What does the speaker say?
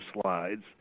slides